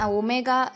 omega